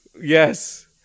yes